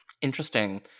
Interesting